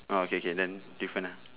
oh okay K then different uh